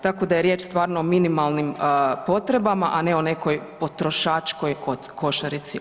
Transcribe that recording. Tako da je riječ stvarno o minimalnim potrebama, a ne o nekoj potrošačkoj košarici.